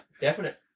definite